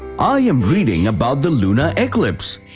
ah i am reading about the lunar eclipse!